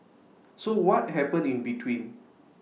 so what happened in between